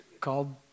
called